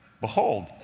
behold